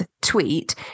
tweet